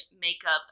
makeup